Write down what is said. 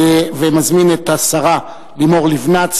ומזמין את השרה לימור לבנת,